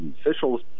officials